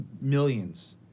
millions